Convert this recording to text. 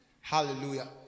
Hallelujah